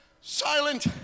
silent